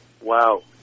Wow